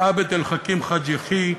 עבד אל חכים חאג' יחיא,